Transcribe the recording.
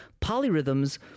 polyrhythms